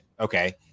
Okay